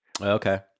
Okay